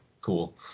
cool